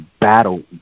battle